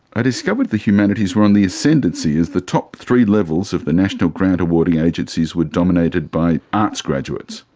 i discovered the humanities were on the ascendancy as the top three levels of the national grant awarding agencies were dominated by arts graduates.